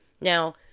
Now